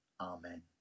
Amen